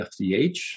FDH